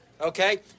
Okay